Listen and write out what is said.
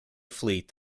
fleet